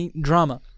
drama